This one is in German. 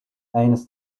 eines